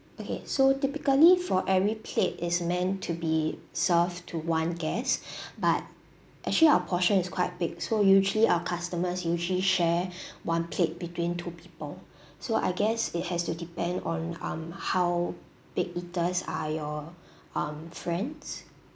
okay so typically for every plate is meant to be served to one guest but actually our portion is quite big so usually our customers usually share one plate between two people so I guess it has to depend on um how big eaters are your um friends